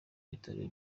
bitaro